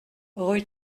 rue